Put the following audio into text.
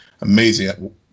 amazing